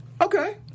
Okay